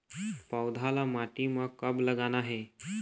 पौधा ला माटी म कब लगाना हे?